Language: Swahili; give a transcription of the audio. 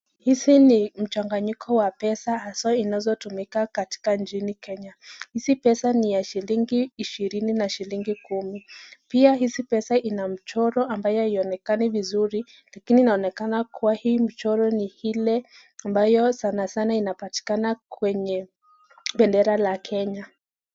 Hizi ni mchanganyiko wa pesa haswa zinatumika katika nchini Kenya. Hizi pesa ni ya shilingi ishirini na shilingi kumi. Pia hizi pesa ina michoro ambayo haionekani vizuri lakini inaonekana kuwa hii michoro ni ile ambayo sana sana inapatikana kwenye bendera la Kenya.